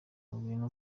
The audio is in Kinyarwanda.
ngwino